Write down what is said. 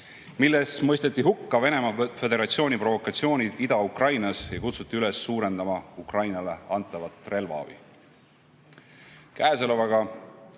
milles mõisteti hukka Venemaa Föderatsiooni provokatsioonid Ida-Ukrainas ja kutsuti üles suurendama Ukrainale antavat relvaabi.